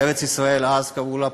ארץ-ישראל אז קראו לה,